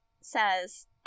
says